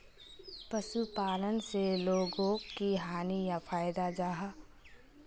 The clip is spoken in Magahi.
पशुपालन से लोगोक की हानि या फायदा जाहा?